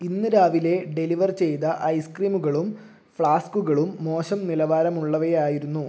ഇന്ന് രാവിലെ ഡെലിവർ ചെയ്ത ഐസ്ക്രീമുകളും ഫ്ലാസ്കുകളും മോശം നിലവാരമുള്ളവയായിരുന്നു